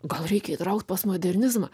gal reikia įtraukt postmodernizmą